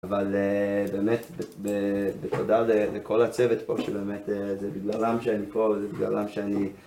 אבל באמת, בתודה לכל הצוות פה, שבאמת זה בגללם שאני פה וזה בגללם שאני...